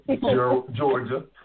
Georgia